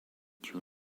due